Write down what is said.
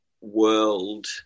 world